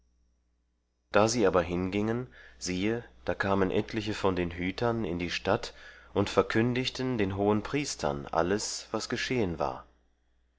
da sie aber hingingen siehe da kamen etliche von den hütern in die stadt und verkündigten den hohenpriestern alles was geschehen war